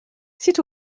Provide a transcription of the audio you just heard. sut